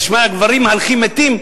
יש גברים מהלכים מתים?